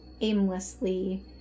aimlessly